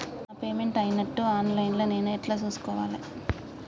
నా పేమెంట్ అయినట్టు online లా నేను ఎట్ల చూస్కోవాలే?